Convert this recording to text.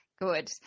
good